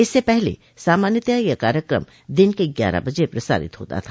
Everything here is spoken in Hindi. इससे पहले सामान्यता यह कार्यक्रम दिन के ग्यारह बजे प्रसारित होता था